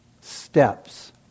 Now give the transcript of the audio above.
steps